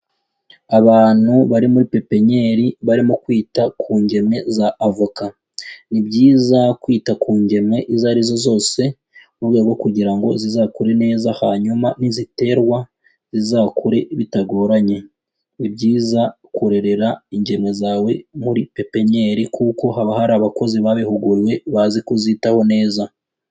Abantu bari muri pepinyeri barimo kwita ku ngemwe za avoka. Ni byiza kwita ku ngemwe izo ari zo zose mu rwego rwo kugira ngo zizakure neza, hanyuma niziterwa zizakure bitagoranye. Ni byiza kurerera ingemwe zawe muri pepinyeri kuko haba hari abakozi babihuguriwe, bazi kuzitaho neza.